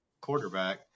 quarterback